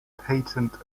patent